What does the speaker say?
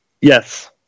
yes